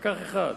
פקח אחד.